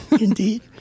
Indeed